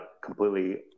completely